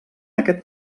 aquest